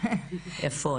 אביב-יפו,